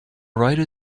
rider